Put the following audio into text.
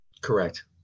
Correct